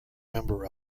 member